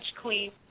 Queen